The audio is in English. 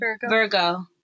Virgo